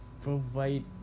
provide